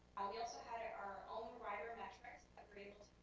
yeah also had ah our own writer metrics, i mean